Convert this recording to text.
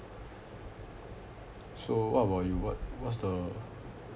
so what about you what what's the